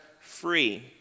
free